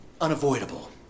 unavoidable